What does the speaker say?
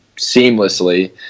seamlessly